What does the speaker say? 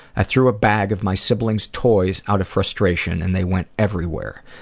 i threw a bag of my siblings' toys out of frustration and they went everywhere.